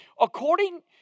According